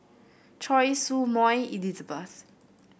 Choy Su Moi Elizabeth